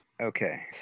Okay